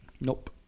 nope